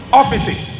offices